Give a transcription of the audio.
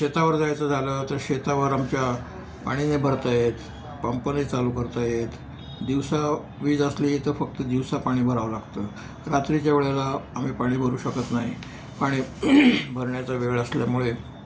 शेतावर जायचं झालं तर शेतावर आमच्या पाणी नाही भरता येत पंप नाही चालू करता येत दिवसा वीज असली तर फक्त दिवसा पाणी भरावं लागतं रात्रीच्या वेळेला आम्ही पाणी भरू शकत नाही पाणी भरण्याचा वेळ असल्यामुळे